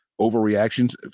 overreactions